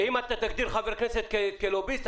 אם תגדיר חבר כנסת כלוביסט,